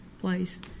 place